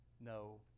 no